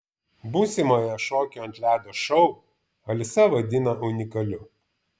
būsimąją šokių ant ledo šou alisa vadina unikaliu